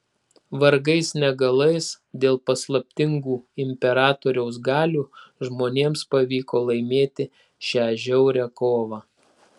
vargais negalais dėl paslaptingų imperatoriaus galių žmonėms pavyko laimėti šią žiaurią kovą